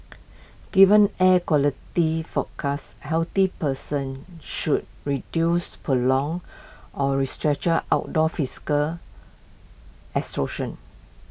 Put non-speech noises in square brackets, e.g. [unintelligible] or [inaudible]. given air quality forecast healthy persons should reduce prolonged or [unintelligible] outdoor physical [unintelligible]